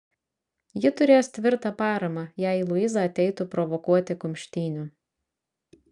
ji turės tvirtą paramą jei luiza ateitų provokuoti kumštynių